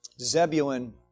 Zebulun